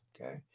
Okay